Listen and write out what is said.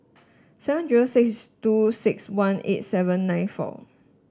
seven zero six two six one eight seven nine four